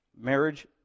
Marriage